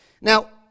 Now